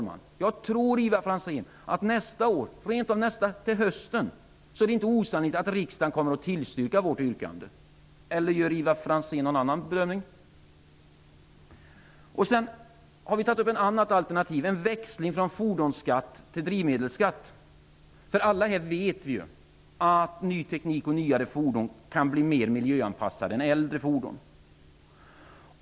Men jag tror, Ivar Franzén, att riksdagen nästa år eller rent av till hösten kommer att bifalla våra yrkanden. Eller gör Ivar Franzén någon annan bedömning? Vi har också givit ett annat alternativ, nämligen en växling från fordonsskatt till drivmedelsskatt. Vi vet ju alla att ny teknik och nyare fordon är mer miljöanpassade än äldre fordon.